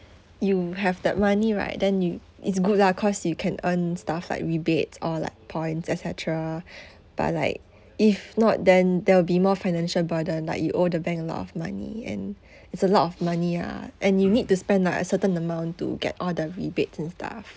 you have that money right then you it's good lah cause you can earn stuff like rebates or like points et cetera but like if not then there will be more financial burden like you owe the bank a lot of money and it's a lot of money ah and you need to spend like a certain amount to get all the rebates and stuff